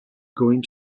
going